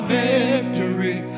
victory